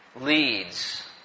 leads